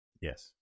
Yes